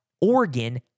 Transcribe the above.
Oregon